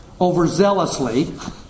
overzealously